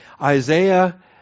Isaiah